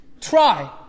try